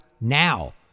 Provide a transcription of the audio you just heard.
now